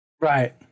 Right